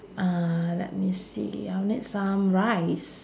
uh let me see I'll need some rice